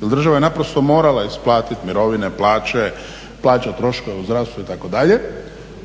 država je naprosto morala isplatiti mirovine, plaće, plaća troškove u zdravstvu itd..